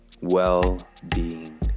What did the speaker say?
well-being